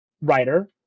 writer